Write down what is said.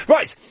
Right